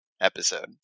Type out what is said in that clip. episode